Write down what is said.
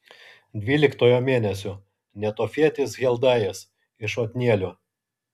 dvyliktojo mėnesio netofietis heldajas iš otnielio